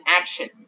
action